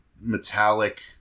metallic